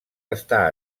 està